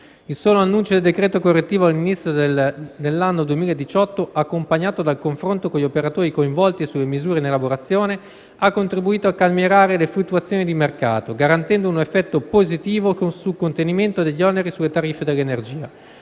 Il solo annuncio del decreto correttivo agli inizi dell'anno 2018, accompagnato dal confronto con gli operatori coinvolti sulle misure in elaborazione, ha contribuito a calmierare le fluttuazioni di mercato, garantendo un effetto positivo sul contenimento degli oneri sulle tariffe dell'energia.